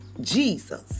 Jesus